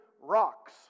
rocks